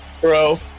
Bro